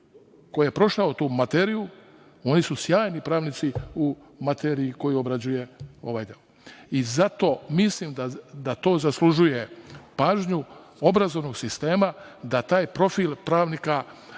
koji je prošao tu materiju, oni su sjajni pravnici u materiji koju obrađuje ovaj deo. Zato mislim da to zaslužuje pažnju obrazovnog sistema, da taj profil pravnika